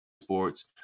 sports